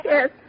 Yes